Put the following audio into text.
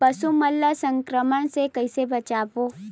पशु मन ला संक्रमण से कइसे बचाबो?